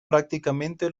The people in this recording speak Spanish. prácticamente